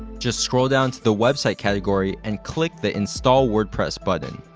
just scroll down to the website category and click the install wordpress button.